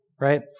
right